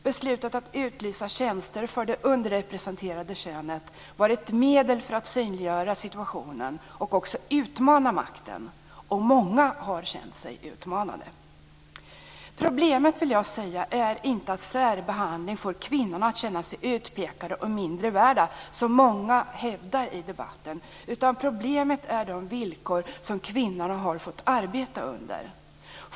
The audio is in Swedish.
Beslutet att utlysa tjänster för det underrepresenterade könet var ett medel för att synliggöra situationen och även för att utmana makten - och många har känt sig utmanade. Problemet är inte att särbehandling får kvinnorna att känna sig utpekade och mindre värda, som många hävdar i debatten, utan problemet är de villkor som kvinnorna har fått arbeta på.